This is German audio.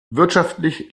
wirtschaftlich